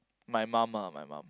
my mum lah my mum